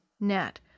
Nat